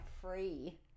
free